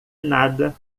nada